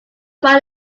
fine